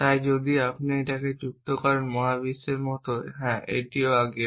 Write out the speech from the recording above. তাই যদি আপনি এটিকে এখানে যুক্ত করেন মহাবিশ্বের মতো এটিও হ্যাঁ আগেও